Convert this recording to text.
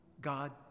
god